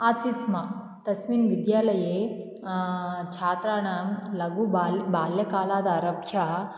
आसीत् स्म तस्मिन् विद्यालये छात्राणां लघु बाल् बाल्यकालादारभ्य